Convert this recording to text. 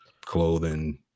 clothing